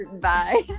Bye